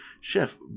Chef